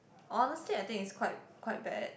honestly I think it's quite quite bad